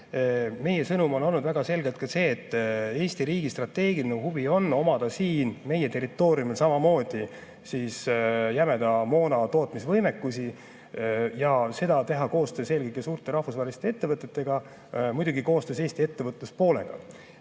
Meie sõnum on olnud väga selgelt ka see, et Eesti riigi strateegiline huvi on omada siin meie territooriumil samamoodi jämeda moona tootmise võimekusi ja teha seda koostöös eelkõige suurte rahvusvaheliste ettevõtetega, aga muidugi ka koostöös Eesti ettevõtluspoolega.